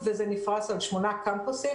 וזה נפרס על שמונה קמפוסים,